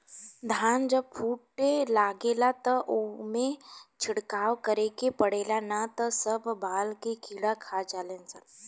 धान जब फूटे लागेला त ओइमे छिड़काव करे के पड़ेला ना त सब बाल के कीड़ा खा जाले सन